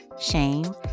shame